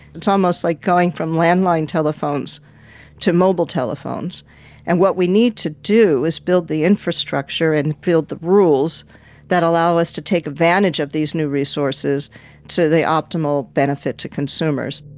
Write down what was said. it's almost like going from landline telephones to mobile telephones and what we need to do is build the infrastructure and build the rules that allow us to take advantage of these new resources to the optimal benefit to consumers.